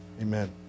Amen